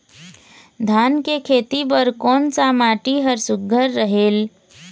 धान के खेती बर कोन सा माटी हर सुघ्घर रहेल?